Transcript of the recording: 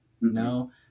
No